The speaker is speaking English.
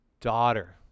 Daughter